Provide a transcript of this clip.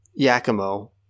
Yakimo